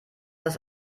das